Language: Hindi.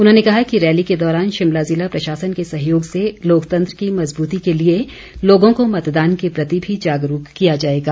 उन्होंने कहा कि रैली के दौरान शिमला ज़िला प्रशासन के सहयोग से लोकतंत्र की मज़बूती के लिए लोगों को मतदान के प्रति भी जागरूक किया जाएगा